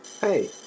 hey